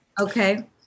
Okay